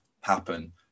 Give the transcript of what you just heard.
happen